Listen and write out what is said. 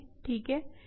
ठीक है